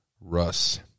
Russ